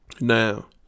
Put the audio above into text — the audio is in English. Now